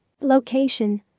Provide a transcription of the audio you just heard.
Location